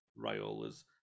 Raiola's